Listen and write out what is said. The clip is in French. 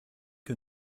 que